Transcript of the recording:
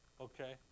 okay